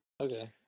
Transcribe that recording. Okay